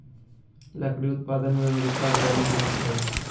लकड़ी उत्पादन में अमेरिका अग्रणी देश हइ